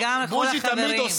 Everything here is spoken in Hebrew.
וגם שאר החברים.